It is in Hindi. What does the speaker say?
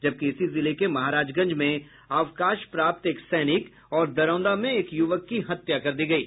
जबकि इसी जिले के महाराजगंज में अवकाश प्राप्त एक सैनिक और दरौंदा में एक युवक की हत्या कर दी गयी